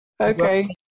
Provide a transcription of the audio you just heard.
Okay